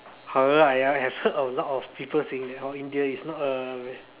however I I have heard a lot of people saying oh India is not a